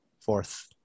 Fourth